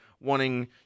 wanting